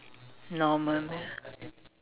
normal meal